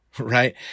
right